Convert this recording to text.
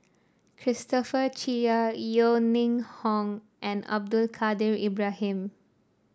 Christopher Chia Yeo Ning Hong and Abdul Kadir Ibrahim